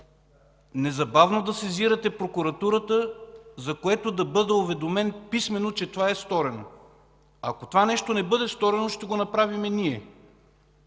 незабавно да сезирате прокуратурата, за което да бъда уведомен писмено, че това е сторено. Ако това нещо не бъде сторено, ще го направим ние!